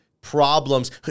problems